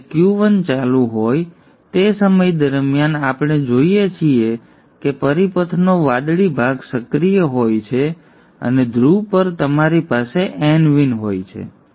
તેથી જ્યારે Q1 ચાલુ હોય તે સમય દરમિયાન આપણે જોઈએ છીએ કે પરિપથનો વાદળી ભાગ સક્રિય હોય છે અને ધ્રુવ પર તમારી પાસે nVin હોય છે